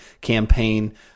campaign